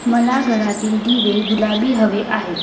मला घरातील दिवे गुलाबी हवे आहेत